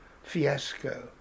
Fiasco